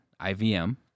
IVM